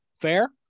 Fair